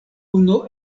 unu